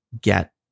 get